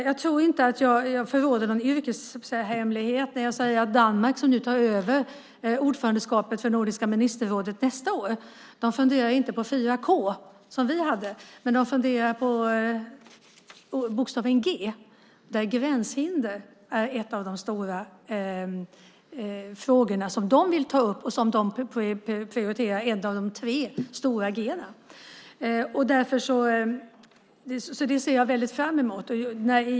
Jag tror inte att jag förråder någon yrkeshemlighet när jag säger att Danmark, som tar över ordförandeskapet för Nordiska ministerrådet nästa år, inte funderar på fyra K:n, som vi hade, utan på bokstaven G och gränshinder som en av de stora frågor som de vill ta upp och ett av de tre stora G:n som de prioriterar. Det ser jag fram emot.